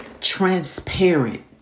transparent